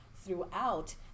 throughout